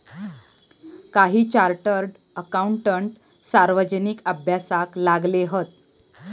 काही chartered accountant सार्वजनिक अभ्यासाक लागले हत